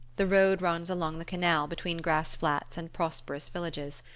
the road runs along the canal, between grass-flats and prosperous villages.